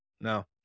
No